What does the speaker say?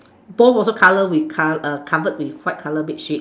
both also colour with car uh covered with white colour bed sheet